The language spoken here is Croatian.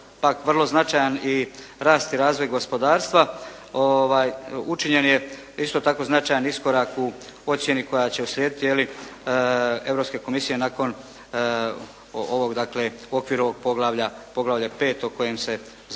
vrlo značajan i rast i razvoj gospodarstva, učinjen je isto tako značajan iskorak u ocjeni koja će uslijediti, je li, Europske komisije nakon ovog dakle u okviru poglavlja 5. o kojem se zapravo